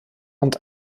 und